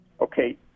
Okay